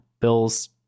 bills